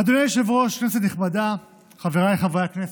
אדוני היושב-ראש, כנסת נכבדה, חבריי חברי הכנסת,